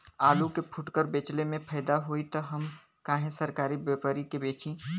आलू के फूटकर बेंचले मे फैदा होई त हम काहे सरकारी व्यपरी के बेंचि?